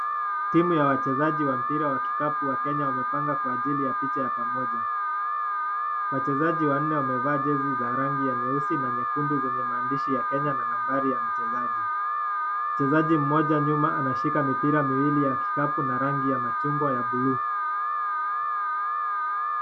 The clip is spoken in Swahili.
Timu ya wachezaji wa mpira wa kikapu wa Kenya wamepanga kwa ajili ya picha ya pamoja. Wachezaji wanne wamevaa jezi za rangi ya nyeusi na nyekundu zenye maandisha ya Kenya na nambari ya mchezaji. Mchezaji Moja ameshika nyuma mipira miwili ya kikapu na rangi ya machungwa na bluuu